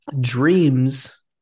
dreams